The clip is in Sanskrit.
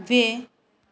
द्वे